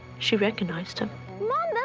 she recognized him. mom, ah